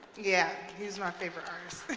yeah, he's my favorite artist.